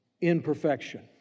imperfection